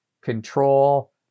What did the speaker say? Control